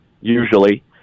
usually